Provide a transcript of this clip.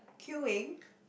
queueing